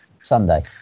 sunday